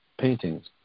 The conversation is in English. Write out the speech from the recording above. paintings